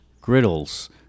Griddles